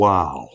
Wow